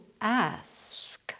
ask